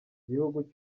gihugu